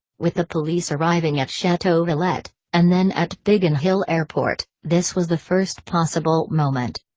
with the police arriving at chateau villette, and then at biggin hill airport, this was the first possible moment.